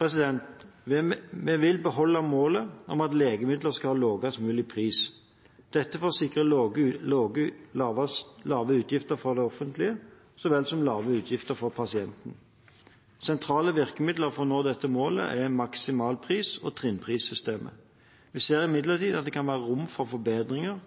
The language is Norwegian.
Vi vil beholde målet om at legemidler skal ha lavest mulig pris – dette for å sikre lave utgifter for det offentlige så vel som lave utgifter for pasienten. Sentrale virkemidler for å nå dette målet er maksimalpris- og trinnprissystemet. Vi ser imidlertid at det kan være rom for forbedringer,